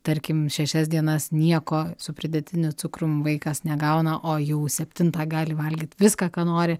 tarkim šešias dienas nieko su pridėtiniu cukrum vaikas negauna o jau septintą gali valgyt viską ką nori